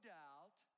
doubt